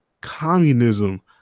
communism